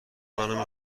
منو